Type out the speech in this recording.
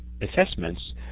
assessments